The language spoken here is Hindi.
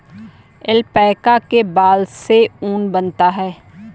ऐल्पैका के बाल से ऊन बनता है